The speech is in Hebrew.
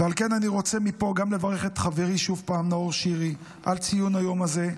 ועל כן אני רוצה מפה גם לברך שוב את חברי נאור שירי על ציון היום הזה.